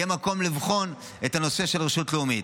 יהיה מקום לבחון את הנושא של רשות לאומית.